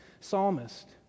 psalmist